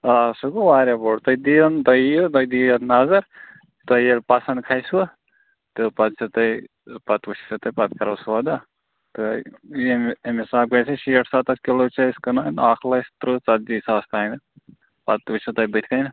آ سُہ گوٚو واریاہ بوٚڈ تُہۍ دیِو تُہۍ ییو تُہۍ دِیِو یتھ نظر تۄہہِ ییٚلہِ پَسَنٛد کھَسوٕ تہٕ پتہٕ چھو تۄہہِ پَتہٕ وُچھو سُہ تُہۍ پتہٕ کرو سودا تہٕ ییٚمہ اَمہِ حساب گَژھہِ شیٹھ سَتَتھ کلوٗ چھِ أسۍ کٕنان اکھ لچھ ترٕہ ژَتجی ساس تانۍ پَتہٕ وچھو تُہۍ بُتھہِ کٔنۍ